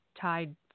tied